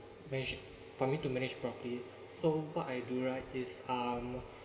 manage for me to manage properly so what I do right is um